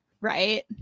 right